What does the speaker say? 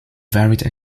varied